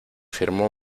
firmó